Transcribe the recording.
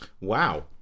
Wow